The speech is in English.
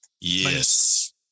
Yes